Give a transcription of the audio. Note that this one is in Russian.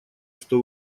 что